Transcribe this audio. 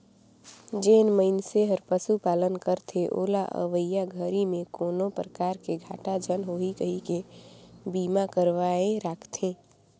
जेन मइनसे हर पशुपालन करथे ओला अवईया घरी में कोनो परकार के घाटा झन होही कहिके बीमा करवाये राखथें